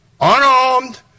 unarmed